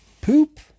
poop